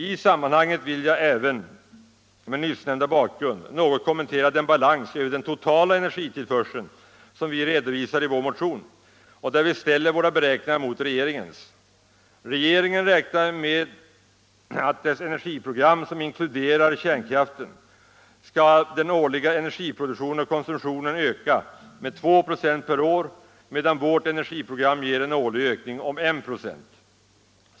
I sammanhanget vill jag också mot nyssnämnda bakgrund något kommentera den balans över den totala energitillförseln som vi redovisar i vår motion och där vi ställer våra beräkningar mot regeringens. Regeringen räknar med att med dess energiprogram som inkluderar kärnkraften skall den årliga energiproduktionen och konsumtionen öka med 2 96 per år, medan vårt energiprogram ger en årlig ökning om 1 96.